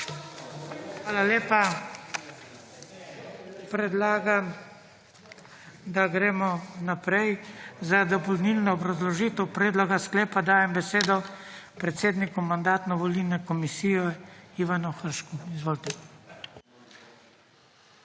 Hvala lepa. Predlagam, da gremo naprej. Za dopolnilno obrazložitev predloga sklepa dajem besedo predsedniku Mandatno-volilne komisije, Ivanu Hršku. Izvolite.